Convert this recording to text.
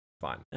fine